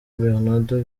bernardo